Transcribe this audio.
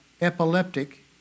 epileptic